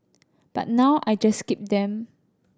but now I just keep them